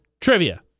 trivia